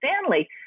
Stanley